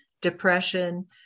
depression